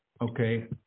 Okay